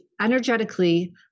energetically